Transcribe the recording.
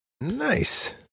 Nice